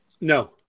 no